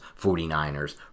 49ers